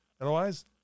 Otherwise